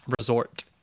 resort